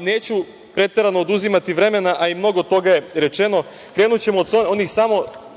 Neću preterano sada oduzimati vremena, a i mnogo toga je rečeno, krenućemo od samo